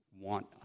want